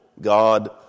God